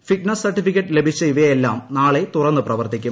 fit നസ് certificate ലഭിച്ചു ഇവൃത്യെല്ലാം നാളെ തുറന്ന് പ്രവർത്തിക്കും